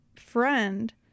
friend